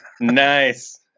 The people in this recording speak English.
Nice